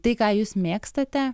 tai ką jūs mėgstate